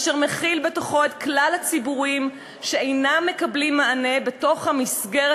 אשר מכיל בתוכו את כלל הציבורים שאינם מקבלים מענה בתוך המסגרת